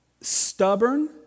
stubborn